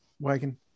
wagon